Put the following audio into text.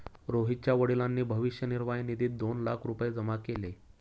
रोहितच्या वडिलांनी भविष्य निर्वाह निधीत दोन लाख रुपये जमा केले